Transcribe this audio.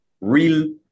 real